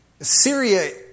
Syria